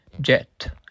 Jet